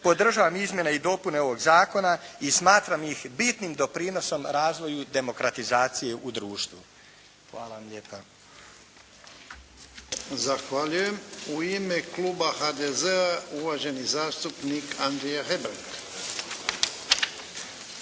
podržavam izmjene i dopune ovog zakona i smatram ih bitnim doprinosom razvoju demokratizacije u društvu. Hvala vam lijepa. **Jarnjak, Ivan (HDZ)** Zahvaljujem. U ime kluba HDZ-a uvaženi zastupnik Andrija Hebrang.